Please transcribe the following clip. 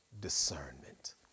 discernment